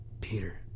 Peter